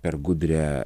per gudrią